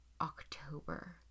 October